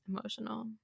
emotional